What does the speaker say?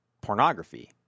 pornography